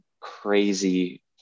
crazy